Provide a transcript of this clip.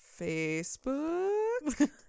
facebook